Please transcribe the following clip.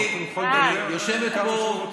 הוא יכול לדבר כמה שהוא רוצה.